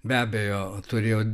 be abejo turėjau